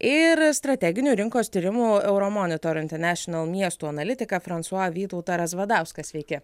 ir strateginių rinkos tyrimų euromonitor international miestų analitiką fransua vytautą razvadauską sveiki